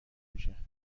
میشه